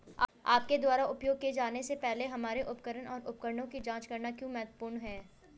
आपके द्वारा उपयोग किए जाने से पहले हमारे उपकरण और उपकरणों की जांच करना क्यों महत्वपूर्ण है?